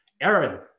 Aaron